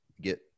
get